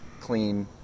clean